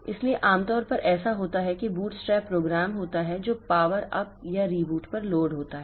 इसलिए आमतौर पर ऐसा होता है कि बूटस्ट्रैप प्रोग्राम होता है जो पावर अप या रिबूट पर लोड होता है